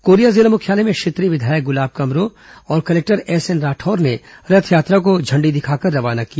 Korea जिला मुख्यालय में क्षेत्रीय विधायक गुलाब कमरो और कलेक्टर एसएन राठौर ने रथयात्रा को झण्डी दिखाकर रवाना किया